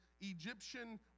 Egyptian